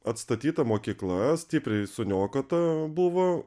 atstatyta mokykla stipriai suniokota buvo